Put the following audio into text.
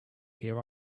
here